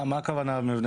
מה הכוונה מבנה?